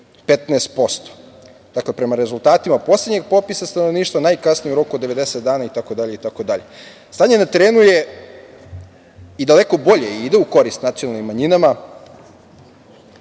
15%. Dakle, prema rezultatima poslednjeg popisa stanovništva najkasnije u roku od 90 dana itd. Stanje na terenu je daleko bolje i ide u korist nacionalnim manjinama,